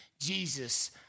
Jesus